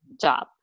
job